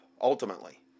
ultimately